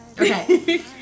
okay